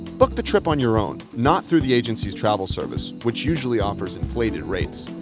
book the trip on your own not through the agency's travel service, which usually offers inflated rates.